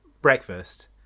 breakfast